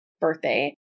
birthday